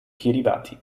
kiribati